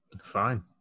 Fine